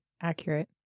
accurate